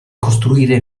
costruire